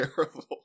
terrible